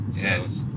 Yes